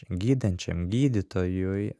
gydančiam gydytojui